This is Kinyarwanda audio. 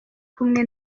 kumwe